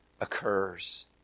occurs